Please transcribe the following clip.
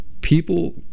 people